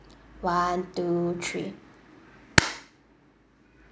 one two three